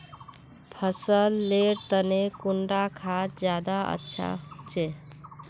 फसल लेर तने कुंडा खाद ज्यादा अच्छा होचे?